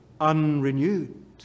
unrenewed